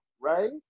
right